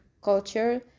culture